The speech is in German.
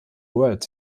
world